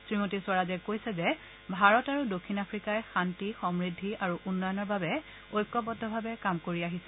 শ্ৰীমতী স্বৰাজে কৈছে যে ভাৰত আৰু দক্ষিণ আফ্ৰিকাই শান্তি সমৃদ্ধি আৰু উন্নয়নৰ বাবে ঐক্যবদ্ধভাৱে কাম কৰি আহিছে